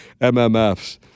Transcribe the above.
MMFs